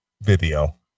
video